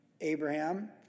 Abraham